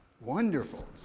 wonderful